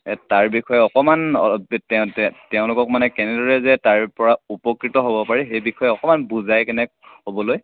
তাৰ বিষয়ে অকণমান তেওঁলোকক মানে কেনেদৰে যে তাৰ পৰা উপকৃত হ'ব পাৰি সেই বিষয়ে অকণমান বুজাইকেনে ক'বলৈ